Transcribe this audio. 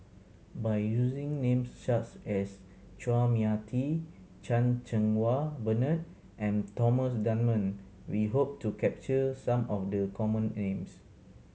by using names such as Chua Mia Tee Chan Cheng Wah Bernard and Thomas Dunman we hope to capture some of the common names